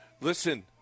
Listen